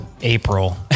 April